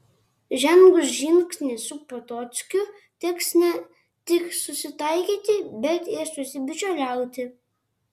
žengus žingsnį su potockiu teks ne tik susitaikyti bet ir susibičiuliauti